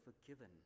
forgiven